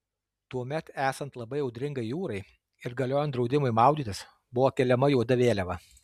tuomet esant labai audringai jūrai ir galiojant draudimui maudytis buvo keliama juoda vėliava